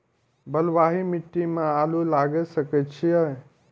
बलवाही मिट्टी में आलू लागय सके छीये?